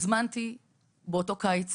באותו קיץ